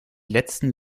letzten